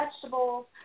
vegetables